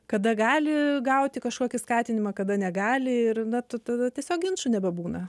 kada gali gauti kažkokį skatinimą kada negali ir na tų tada tiesiog ginčų nebebūna